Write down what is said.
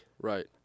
Right